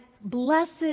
blessed